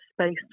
space